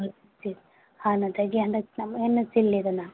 ꯍꯧꯖꯤꯛꯇꯤ ꯍꯥꯟꯅꯗꯒꯤ ꯍꯟꯗꯛꯁꯤꯅ ꯑꯃꯨꯛ ꯍꯦꯟꯅ ꯆꯤꯜꯂꯦꯗꯅ